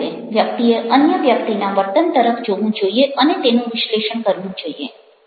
ચોક્કસ રીતે વ્યક્તિએ અન્ય વ્યક્તિના વર્તન તરફ જોવું જોઈએ અને તેનું વિશ્લેષણ કરવું જોઈએ